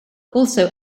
also